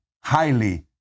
highly